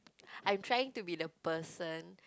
I'm trying to be the person